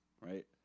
right